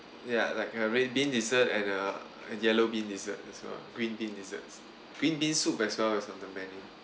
ya like uh red bean dessert and uh and yellow bean dessert as well green bean desserts green bean soup as well as on the menu